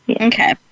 okay